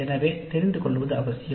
எனவே தெரிந்து கொள்வது அவசியம்